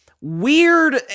weird